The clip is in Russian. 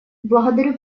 благодарю